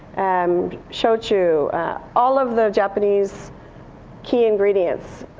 and shochu all of the japanese key ingredients.